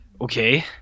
okay